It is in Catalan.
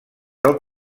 del